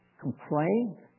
complain